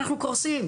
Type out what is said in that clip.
אנחנו קורסים.